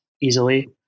easily